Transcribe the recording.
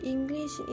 English